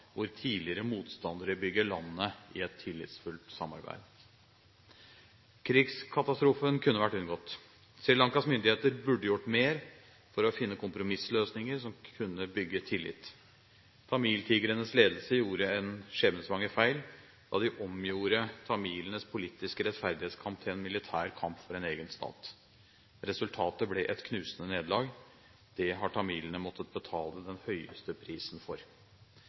hvor tidligere motstandere bygger landet i et tillitsfullt samarbeid. Krigskatastrofen kunne vært unngått. Sri Lankas myndigheter burde gjort mer for å finne kompromissløsninger som kunne bygge tillit. Tamiltigrenes ledelse gjorde en skjebnesvanger feil da de omgjorde tamilenes politiske rettferdighetskamp til en militær kamp for en egen stat. Resultatet ble et knusende nederlag. Det har tamilene måttet betale den høyeste prisen for.